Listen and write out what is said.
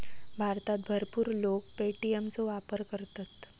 भारतात भरपूर लोक पे.टी.एम चो वापर करतत